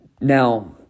Now